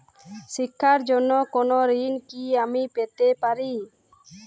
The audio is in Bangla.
শিক্ষার জন্য কোনো ঋণ কি আমি পেতে পারি?